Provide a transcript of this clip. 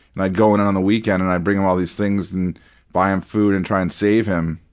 and i'd go in on a weekend and i'd bring him all these things and buy him food and try and save him.